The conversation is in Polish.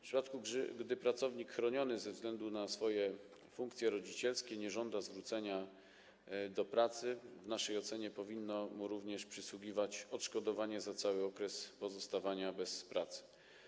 W przypadku gdy pracownik chroniony ze względu na swoje funkcje rodzicielskie nie żąda przywrócenia do pracy, w naszej ocenie powinno przysługiwać mu również odszkodowanie za cały okres pozostawania bez pracy.